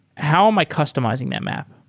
how am i customizing that map?